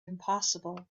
impossible